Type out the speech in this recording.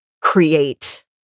create